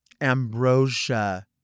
Ambrosia